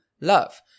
love